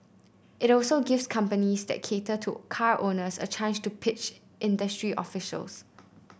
it also gives companies that cater to car owners a chance to pitch industry officials